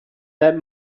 that